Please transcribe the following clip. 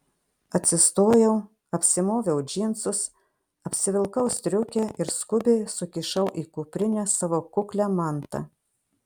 atsistojau apsimoviau džinsus apsivilkau striukę ir skubiai sukišau į kuprinę savo kuklią mantą